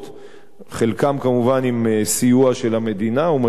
חלקם כמובן עם סיוע של המדינה או משכנתאות,